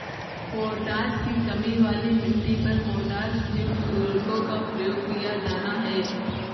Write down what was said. potash की कमी वाली मिट्टी पर पोटाशयुक्त उर्वरकों का प्रयोग किया जाना है